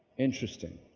interesting.